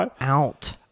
out